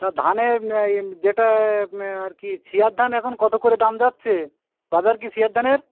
তা ধানের যেটা আর কি ছিয়ার ধান এখন কতো করে দাম যাচ্ছে বাজার কি ছিয়ার ধানের